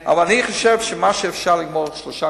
אבל אני חושב שמה שאפשר לגמור בשלושה חודשים,